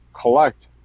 collect